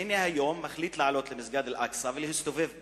והנה היום הוא מחליט לעלות למסגד אל-אקצא ולהסתובב בו,